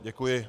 Děkuji.